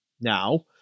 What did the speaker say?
now